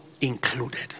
included